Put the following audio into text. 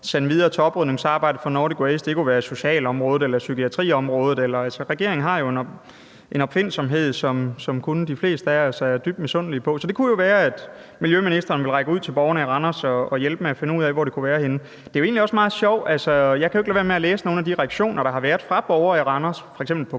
sende videre til oprydningsarbejdet fra Nordic Waste – det kunne være socialområdet eller psykiatriområdet? Regeringen har jo en opfindsomhed, som de fleste af os kun er dybt misundelige over. Så det kunne jo være, at miljøministeren vil række ud til at borgerne i Randers og hjælpe med at finde ud af, hvor det kunne være henne. Jeg kan jo ikke lade være med at læse nogle af de reaktioner, der har været fra borgere i Randers, f.eks.